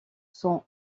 sont